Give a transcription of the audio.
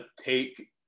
take